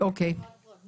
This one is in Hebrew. בתוך